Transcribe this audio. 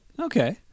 Okay